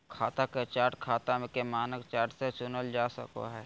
खाता के चार्ट खाता के मानक चार्ट से चुनल जा सको हय